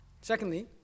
Secondly